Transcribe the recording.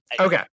Okay